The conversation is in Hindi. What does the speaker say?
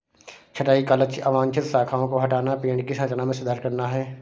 छंटाई का लक्ष्य अवांछित शाखाओं को हटाना, पेड़ की संरचना में सुधार करना है